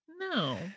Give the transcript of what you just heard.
No